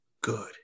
good